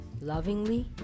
lovingly